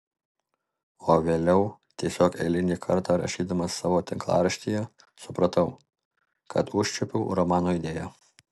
o vėliau tiesiog eilinį kartą rašydamas savo tinklaraštyje supratau kad užčiuopiau romano idėją